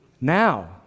Now